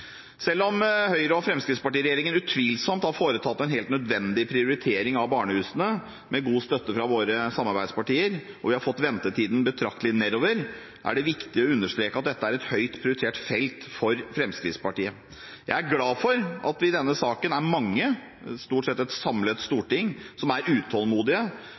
Selv om Høyre-Fremskrittsparti-regjeringen utvilsomt har foretatt en helt nødvendig prioritering av barnehusene, med god støtte fra våre samarbeidspartier, og vi har fått ventetiden betraktelig nedover, er det viktig å understreke at dette er et høyt prioritert felt for Fremskrittspartiet. Jeg er glad for at vi i denne saken er mange – stort sett et samlet storting – som er utålmodige,